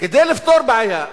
כדי לפתור בעיה,